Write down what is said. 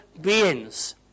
beings